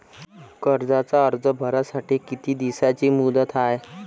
कर्जाचा अर्ज भरासाठी किती दिसाची मुदत हाय?